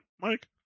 Mike